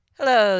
Hello